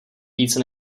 více